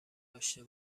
داشته